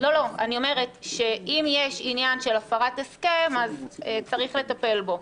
--- אני אומרת שאם יש עניין של הפרת הסכם אז צריך לטפל בו,